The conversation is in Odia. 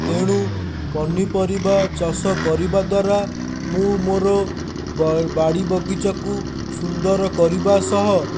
ତେଣୁ ପନିପରିବା ଚାଷ କରିବା ଦ୍ୱାରା ମୁଁ ମୋର ବାଡ଼ି ବଗିଚାକୁ ସୁନ୍ଦର କରିବା ସହ